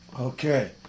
Okay